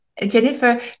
Jennifer